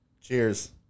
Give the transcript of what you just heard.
Cheers